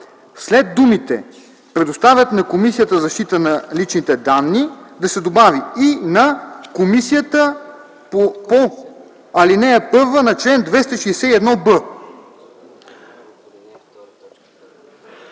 след думите „предоставят на Комисията за защита на личните данни” да се добави „и на комисията по ал. 1 на чл. 261б”.